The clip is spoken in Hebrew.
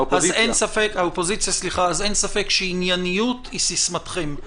אין-ספק שענייניות היא סיסמתכם...